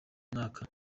mwaka